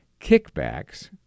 Kickbacks